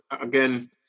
again